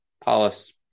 Palace